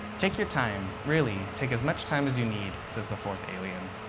take your time. really, take as much time as you need, says the fourth alien.